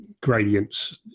gradients